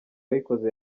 wayikoze